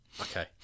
okay